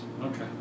Okay